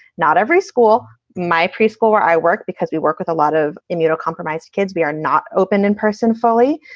not every school. my preschool where i work because we work with a lot of immunocompromised kids, we are not open in person fully.